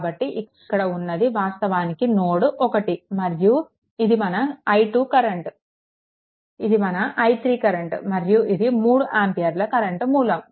కాబట్టి ఇక్కడ ఉన్నది వాస్తవానికి నోడ్1 ఇది మన i2 కరెంట్ ఇది మన i3 కరెంట్ మరియు ఇది 3 ఆంపియర్ల కరెంట్ మూలం